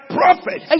prophet